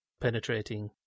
penetrating